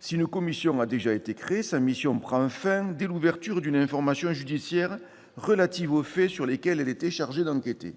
Si une commission a déjà été créée, sa mission prend fin dès l'ouverture d'une information judiciaire relative aux faits sur lesquels elle était chargée d'enquêter.